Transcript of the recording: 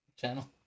channel